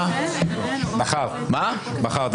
מטרת הדיון כרגע היא הצבעה על --- לא,